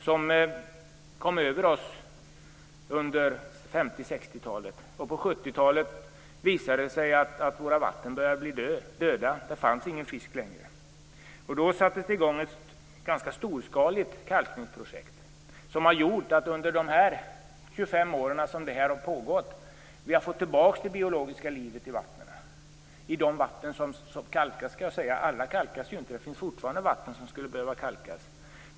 De kom över oss under 50 och 60-talet, och på 70-talet visade det sig att våra vatten började bli döda. Det fanns ingen fisk längre. Då sattes det igång ett ganska storskaligt kalkningsprojekt. Det har gjort att vi under de 25 år som det har pågått har fått tillbaka det biologiska livet i vattnen. Jag kanske skulle säga: i de vatten som kalkas, alla kalkas ju inte. Det finns fortfarande vatten som skulle behöva kalkas.